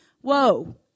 whoa